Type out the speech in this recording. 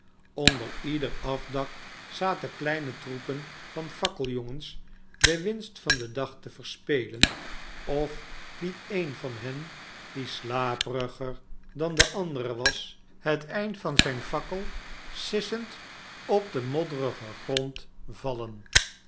onder ieder afdak zaten kleine troepen van fakkeljongens de winst van den dag te verspelen of liet een van hen die slapenger dan de anderen was het eind van zijn fakkel sissend op den modderigen grond vallen